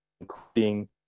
including